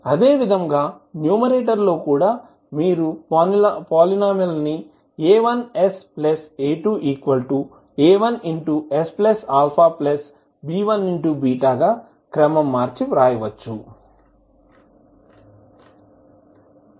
అదేవిధంగాన్యూమరేటర్లో కూడా మీరు పాలీనోమిల్ ను A1sA2A1sαB1 గా క్రమం మార్చి వ్రాయవచ్చు